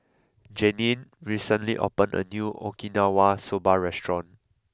Jeannie recently opened a new Okinawa Soba restaurant